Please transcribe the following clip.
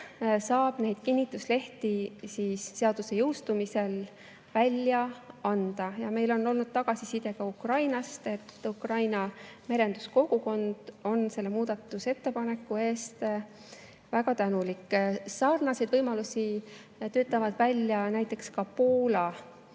saab neid kinnituslehti seaduse jõustumise korral välja anda. Me oleme saanud tagasisidet ka Ukrainast. Ukraina merenduskogukond on selle muudatusettepaneku eest väga tänulik. Sarnaseid võimalusi töötab välja näiteks ka Poola